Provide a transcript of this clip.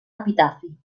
epitafi